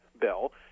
bill